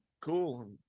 Cool